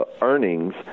earnings